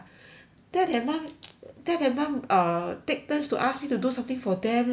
dad and mum dad and mum uh take turns to ask me to do something for them leh